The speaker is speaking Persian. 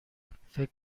فکر